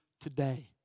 today